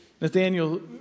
Nathaniel